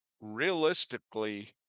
realistically